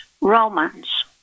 Romans